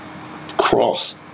cross